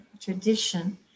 Tradition